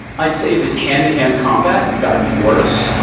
i'd say if it's hand-to-hand combat, it's got to be boris.